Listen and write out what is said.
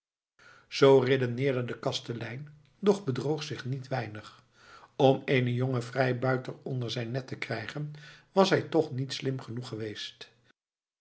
zoo redeneerde de kastelein doch bedroog zich niet weinig om eenen jongen vrijbuiter onder zijn net te krijgen was hij toch niet slim genoeg geweest